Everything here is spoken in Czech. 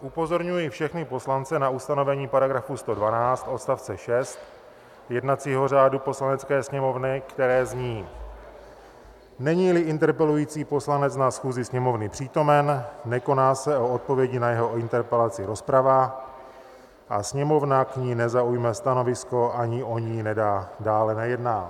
Upozorňuji všechny poslance na ustanovení § 112 odst. 6 jednacího řádu Poslanecké sněmovny, které zní: Neníli interpelující poslanec na schůzi Sněmovny přítomen, nekoná se o odpovědi na jeho interpelaci rozprava a Sněmovna k ní nezaujme stanovisko ani o ní dále nejedná.